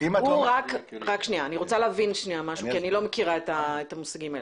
--- אני רוצה להבין משהו כי אני לא מכירה את המושגים האלה.